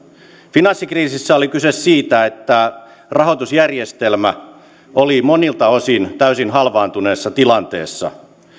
finanssikriisissä oli kyse siitä että rahoitusjärjestelmä oli monilta osin täysin halvaantuneessa tilanteessa